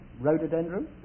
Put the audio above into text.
Rhododendron